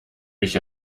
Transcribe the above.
mich